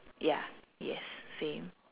ya yes same